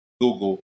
Google